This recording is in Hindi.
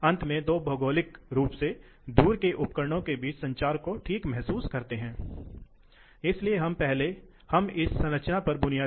अब इस हवा या पानी की मांग हर समय एक जैसी नहीं रहती है इसलिए प्रवाह को नियंत्रित करना होगा